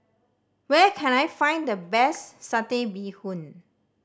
where can I find the best Satay Bee Hoon